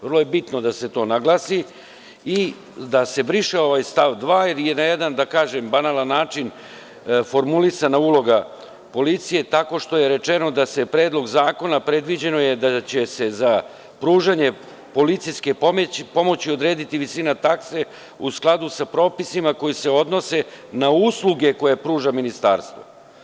Vrlo je bitno da se to naglasi, kao i da se briše ovaj stav 2, gde je na jedan banalan način formulisana uloga policije, tako što je predviđeno u Predlog zakona da će se za pružanje policijske pomoći odrediti visina takse u skladu sa propisima koji se odnose na usluge koje pruža ministarstvo.